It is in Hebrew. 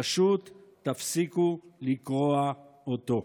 פשוט תפסיקו לקרוע אותו.